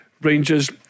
Rangers